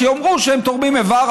אז שיאמרו שהם לא תורמים איבר.